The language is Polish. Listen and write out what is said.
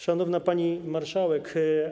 Szanowna Pani Marszałek!